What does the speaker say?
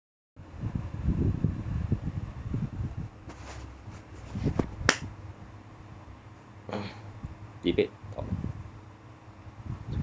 uh debate top~